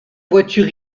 voiture